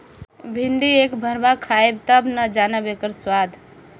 भिन्डी एक भरवा खइब तब न जनबअ इकर स्वाद